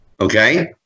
Okay